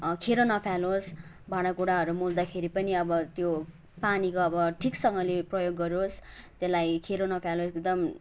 खेर नफालोस् भाँडाकुँडाहरू मोल्दाखेरि पनि अब त्यो पानीको अब ठिकसँगले प्रयोग गरोस् त्यसलाई खेरो नफालोस् एकदम